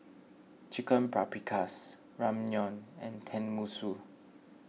Chicken Paprikas Ramyeon and Tenmusu